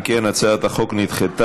אם כן, הצעת החוק נדחתה.